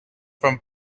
from